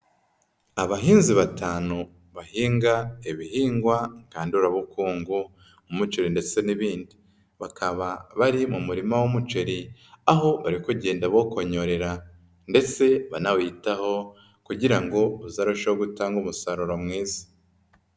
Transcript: Abahinzi batanu bahinga ibihingwa ngandurabukungu nk'umuceri ndetse n'ibindi. Bakaba bari mu murima w'umuceri aho bari kugenda bokonyorera ndetse banawitaho kugira ngouzarusheho gutanga umusaruro mwiza.